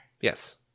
Yes